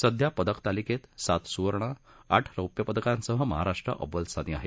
सध्या पदतालिकेत सात सुवर्ण आठ रौप्य पदकांसह महाराष्ट्र अव्वल स्थानी आहे